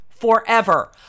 forever